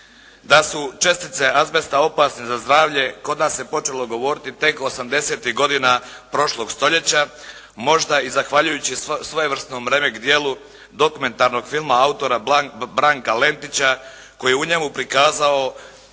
Da su čestice azbesta opasne za zdravlje kod nas se počelo govoriti tek osamdesetih godina prošlog stoljeća možda i zahvaljujući i svojevrsnom remek djelu dokumentarnog filma autora Branka Lendića koji je u njemu prikazao